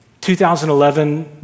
2011